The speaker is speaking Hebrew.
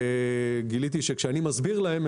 גיליתי שכאשר אני מסביר להם,